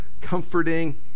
comforting